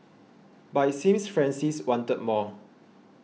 but it seems Francis wanted more